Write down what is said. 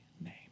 name